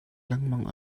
lengmang